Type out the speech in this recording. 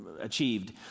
achieved